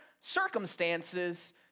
circumstances